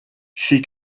she